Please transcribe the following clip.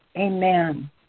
Amen